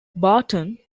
barton